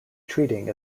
treating